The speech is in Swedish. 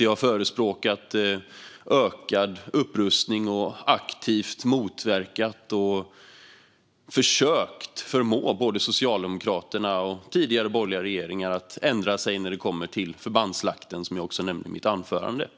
Vi har förespråkat ökad upprustning, och vi har aktivt motverkat och försökt förmå både Socialdemokraterna och tidigare borgerliga regeringar att ändra sig när det kommer till förbandsslakten, som jag också nämnde i mitt anförande.